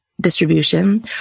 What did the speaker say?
distribution